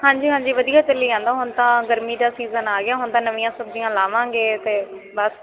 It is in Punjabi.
ਹਾਂਜੀ ਹਾਂਜੀ ਵਧੀਆ ਚਲੀ ਜਾਂਦਾ ਹੁਣ ਤਾਂ ਗਰਮੀ ਦਾ ਸੀਜ਼ਨ ਆ ਗਿਆ ਹੁਣ ਤਾਂ ਨਵੀਆਂ ਸਬਜ਼ੀਆਂ ਲਾਵਾਂਗੇ ਅਤੇ ਬਸ